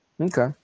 Okay